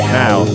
now